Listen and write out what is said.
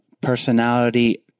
personality